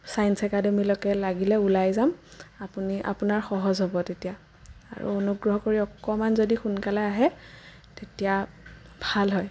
science একাডেমিলৈকে লাগিলে ওলাই যাম আপুনি আপোনাৰ সহজ হ'ব তেতিয়া আৰু অনুগ্ৰহ কৰি অকণমান যদি সোনকালে আহে তেতিয়া ভাল হয়